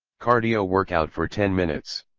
cardio workout for ten minutes.